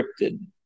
cryptid